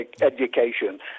education